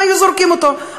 היו זורקים אותו,